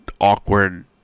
awkward